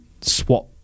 swap